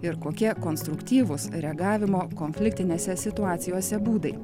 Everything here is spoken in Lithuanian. ir kokie konstruktyvūs reagavimo konfliktinėse situacijose būdai